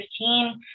2015